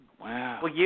Wow